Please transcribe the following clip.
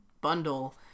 bundle